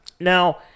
Now